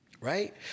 Right